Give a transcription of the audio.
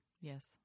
Yes